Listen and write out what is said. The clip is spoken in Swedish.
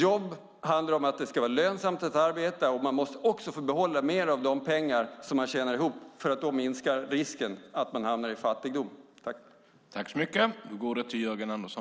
Jobb handlar om att det ska vara lönsamt att arbeta. Man måste också få behålla mer av de pengar man tjänar ihop, för då minskar risken att man hamnar i fattigdom.